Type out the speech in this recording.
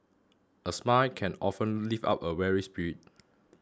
a smile can often lift up a weary spirit